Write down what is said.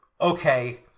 okay